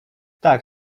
tak